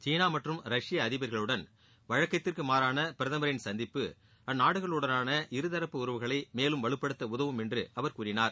சீனா மற்றும் ரஷ்ய அதிபா்களுடன் வழக்கத்திற்கு மாறான பிரதமின் சந்திப்பு அந்நாடுகளுடனான இருதரப்பு உறவுகளை மேலும் வலுப்படுத்த உதவும் என்று அவர் கூறினார்